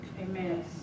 Amen